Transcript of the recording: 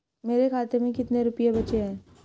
मेरे खाते में कितने रुपये बचे हैं?